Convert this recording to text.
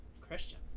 Christian